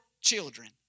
children